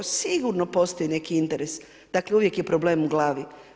Sigurno postoji neki interes, dakle uvijek je problem u glavi.